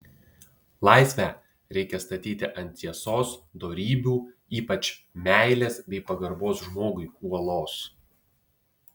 laisvę reikia statyti ant tiesos dorybių ypač meilės bei pagarbos žmogui uolos